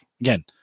Again